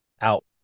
Out